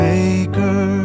Maker